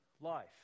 life